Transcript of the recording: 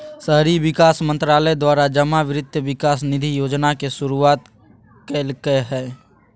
शहरी विकास मंत्रालय द्वारा जमा वित्त विकास निधि योजना के शुरुआत कल्कैय हइ